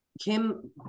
Kim